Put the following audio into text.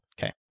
Okay